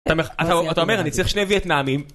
אתה אומר אני צריך שני ויאטנמים